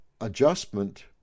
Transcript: adjustment